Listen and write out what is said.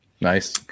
Nice